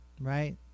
right